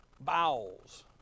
bowels